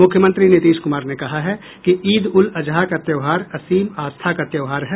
मुख्यमंत्री नीतीश कुमार ने कहा है कि ईद उल अज़हा का त्योहार असीम आस्था का त्योहार है